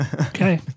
Okay